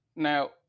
now